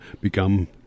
become